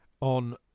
on